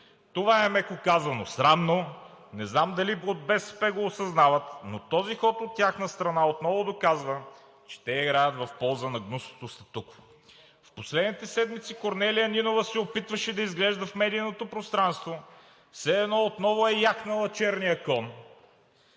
Това е меко казано срамно. Не знам дали от БСП го осъзнават, но този ход от тяхна страна отново доказва, че те играят в полза на гнусното статукво. В последните седмици Корнелия Нинова се опитваше да изглежда в медийното пространство все едно отново е яхнала черния кон,